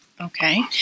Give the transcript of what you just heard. Okay